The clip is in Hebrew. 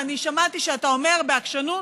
ואני שמעתי שאתה אומר בעקשנות